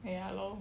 ya lor